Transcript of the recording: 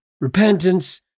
repentance